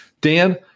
Dan